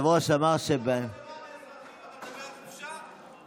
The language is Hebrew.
אתה מדבר על חופשה?